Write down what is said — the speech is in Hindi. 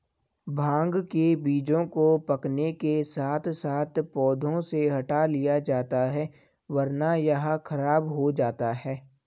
भांग के बीजों को पकने के साथ साथ पौधों से हटा लिया जाता है वरना यह खराब हो जाता है